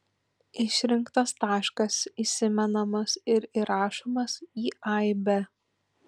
išrinktas taškas įsimenamas ir įrašomas į aibę